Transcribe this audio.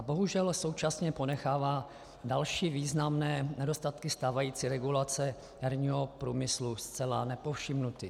Bohužel současně ponechává další významné nedostatky stávající regulace herního průmyslu zcela nepovšimnuty.